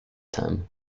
time